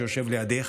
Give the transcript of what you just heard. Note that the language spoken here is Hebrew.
שיושב לידך,